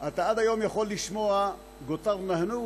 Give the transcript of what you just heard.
אתה עד היום יכול לשמוע: "גוטרנא הנו,